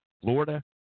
Florida